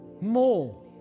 more